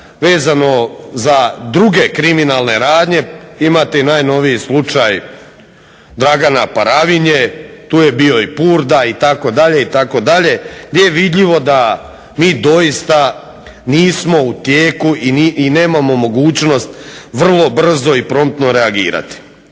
vezano za druge kriminalne radnje imati najnoviji slučaj Dragana Paravinje. Tu je bio i Purda itd. itd. gdje je vidljivo da mi doista nismo u tijeku i nemamo mogućnost vrlo brzo i promptno reagirati.